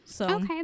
Okay